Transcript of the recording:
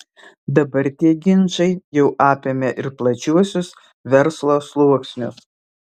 dabar tie ginčai jau apėmė ir plačiuosius verslo sluoksnius